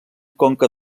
conca